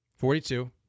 Forty-two